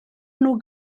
nhw